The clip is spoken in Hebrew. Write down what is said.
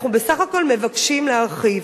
אנחנו בסך הכול מבקשים להרחיב.